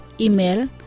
Email